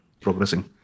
progressing